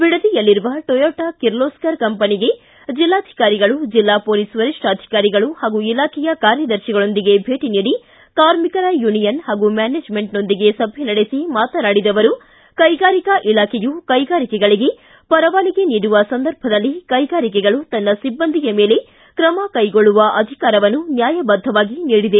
ಬಿಡದಿಯಲ್ಲಿರುವ Toyota Kirloskar ಕಂಪನಿಗೆ ಜಿಲ್ಲಾಧಿಕಾರಿಗಳು ಜಿಲ್ಲಾ ಪೊಲೀಸ್ ವರಿಷ್ಠಾಧಿಕಾರಿಗಳು ಹಾಗೂ ಇಲಾಖೆಯ ಕಾರ್ಯದರ್ತಿಗಳೊಂದಿಗೆ ಭೇಟ ನೀಡಿ ಕಾರ್ಮಿಕರ ಯುನಿಯನ್ ಹಾಗೂ ಮ್ಯಾನೇಜ್ಮೆಂಟ್ನೊಂದಿಗೆ ಸಭೆ ನಡೆಸಿ ಮಾತನಾಡಿದ ಅವರು ಕೈಗಾರಿಕಾ ಇಲಾಖೆಯು ಕೈಗಾರಿಕೆಗಳಗೆ ಪರವಾನಗಿ ನೀಡುವ ಸಂದರ್ಭದಲ್ಲಿ ಕೈಗಾರಿಕೆಗಳು ತನ್ನ ಸಿಬ್ಬಂದಿಯ ಮೇಲೆ ಕ್ರಮ ಕೈಗೊಳ್ಳುವ ಅಧಿಕಾರವನ್ನು ನ್ಯಾಯಬದ್ಧವಾಗಿ ನೀಡಿದೆ